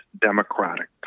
democratic